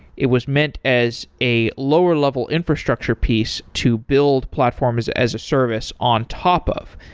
it was meant as a lower level infrastructure piece to build platforms as a service on top of,